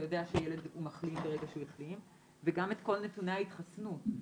אם אתה כהורה יודע שיש לך ילדים שלא יכולים להתחסן בבית הספר,